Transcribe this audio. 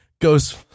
goes